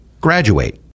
graduate